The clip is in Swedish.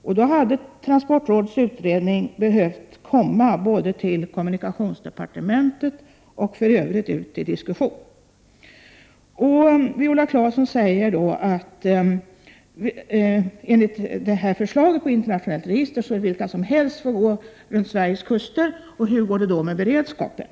Därför hade transportrådets utredning verkligen behövt komma till kommunikationsdepartementet — och för övrigt också komma ut till en allmän diskussion. Viola Claesson säger att enligt förslaget till internationellt register skulle vilka som helst få gå runt Sveriges kuster och frågar: Hur går det då med beredskapen?